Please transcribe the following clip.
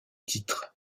titre